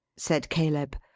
said caleb.